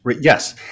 Yes